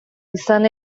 izan